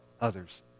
others